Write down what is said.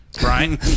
Brian